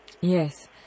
Yes